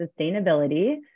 sustainability